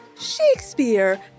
Shakespeare